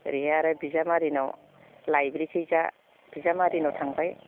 ओरैहाय आरो बिजामादैनाव लायब्रिखैजा बिजामादैनाव थांबाय